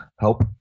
help